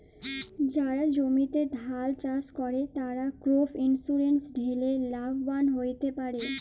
যারা জমিতে ধাল চাস করে, তারা ক্রপ ইন্সুরেন্স ঠেলে লাভবান হ্যতে পারে